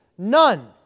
None